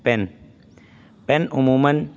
pain pen عموماً